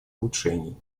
улучшений